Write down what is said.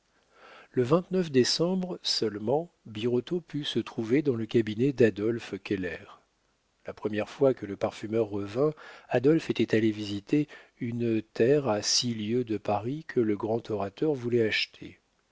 le vingt-neuf décembre seulement birotteau put se trouver dans le cabinet d'adolphe keller la première fois que le parfumeur revint adolphe était allé visiter une terre à six lieues de paris que le grand orateur voulait acheter